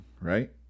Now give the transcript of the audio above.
right